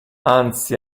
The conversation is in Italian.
anzi